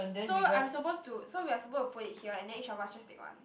so I'm supposed to so we're supposed to put it here and each of us just take one